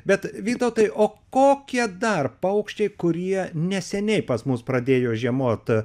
bet vytautai o kokie dar paukščiai kurie neseniai pas mus pradėjo žiemoti